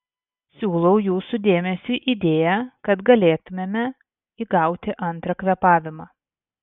siūlau jūsų dėmesiui idėją kad galėtumėme įgauti antrą kvėpavimą